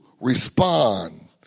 respond